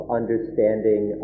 understanding